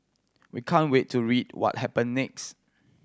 we can't wait to read what happen next